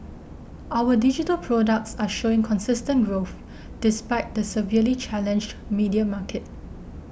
our digital products are showing consistent growth despite the severely challenged media market